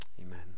Amen